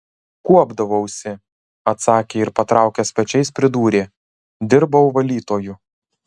kuopdavausi atsakė ir patraukęs pečiais pridūrė dirbau valytoju